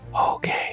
Okay